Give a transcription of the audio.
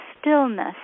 stillness